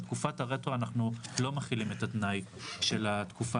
על תרופת הרטרו אנחנו לא מחילים את התנאי של התקופה